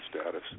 status